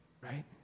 Right